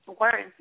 Words